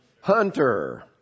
Hunter